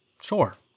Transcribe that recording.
Sure